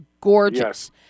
gorgeous